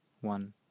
one